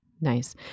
Nice